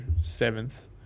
seventh